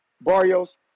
Barrios